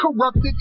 corrupted